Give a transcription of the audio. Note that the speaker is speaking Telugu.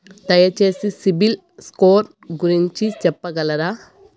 దయచేసి సిబిల్ స్కోర్ గురించి చెప్పగలరా?